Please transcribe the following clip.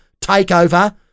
takeover